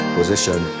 Position